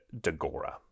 Dagora